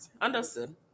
Understood